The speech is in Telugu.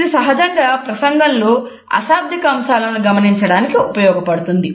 ఇది సహజంగా ప్రసంగంలో అశాబ్దిక అంశాలను గమనించడానికి ఉపయోగపడుతుంది